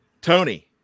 Tony